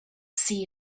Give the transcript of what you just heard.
see